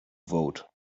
vote